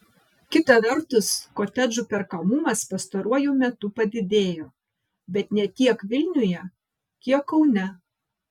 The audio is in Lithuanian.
kita vertus kotedžų perkamumas pastaruoju metu padidėjo bet ne tiek vilniuje kiek kaune